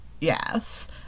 Yes